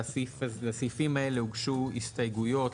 לסעיפים האלה הוגשו הסתייגויות,